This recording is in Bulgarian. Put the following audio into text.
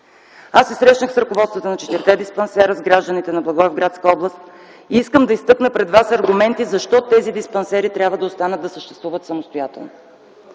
Аз се срещнах с ръководството на четирите диспансера, с гражданите на Благоевградска област и искам да изтъкна пред Вас аргументи защо тези диспансери трябва да останат да съществуват самостоятелно.